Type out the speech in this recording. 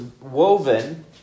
woven